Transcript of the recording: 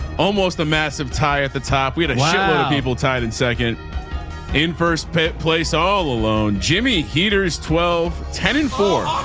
almost a massive tie at the top. we had a show yeah people tied in second in first place, all alone, jimmy heaters, twelve, ten, and four